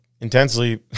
intensely